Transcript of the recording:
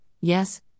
yes